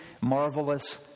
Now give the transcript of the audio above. marvelous